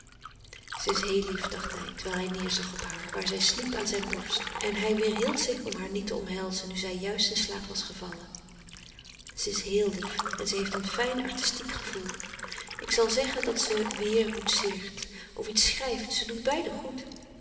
ze is heel lief dacht hij terwijl hij neêrzag op haar waar zij sliep aan zijn borst en hij weêrhield zich om haar niet te omhelzen nu zij juist in slaap was gevallen ze is heel lief en ze heeft een fijn artistiek gevoel ik zal zeggen dat ze weêr boetseert of iets schrijft ze doet beiden goed